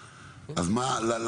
וזה הכל בתוכנית מאושרת,